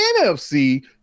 NFC